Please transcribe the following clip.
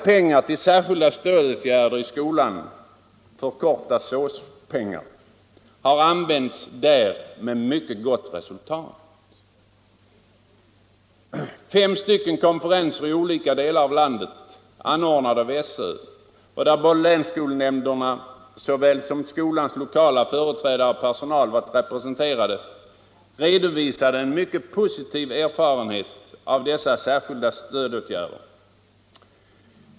Pengarna till Särskilda stödåtgärder i skolan — förkortat SÅS-pengar — har där använts med mycket gott resultat. Fem konferenser i olika delar av landet anordnade av SÖ, där såväl länsskolnämnder som skolans lokala företrädare och personal var representerade, redovisade en mycket positiv erfarenhet av dessa särskilda stödåtgärder.